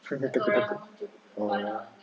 takut-takut oh